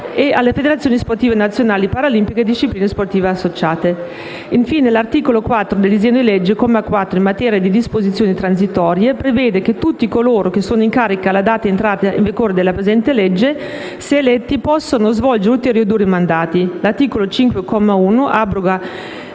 e alle federazioni sportive nazionali paralimpiche e discipline sportive associate. Infine, l'articolo 4 del disegno di legge, comma 4, in materia di disposizioni transitorie, prevede che tutti coloro che sono in carica alla data di entrata in vigore della presente legge, se eletti, possano svolgere ulteriori due mandati. L'articolo 5, comma 1, abroga